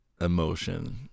emotion